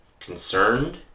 Concerned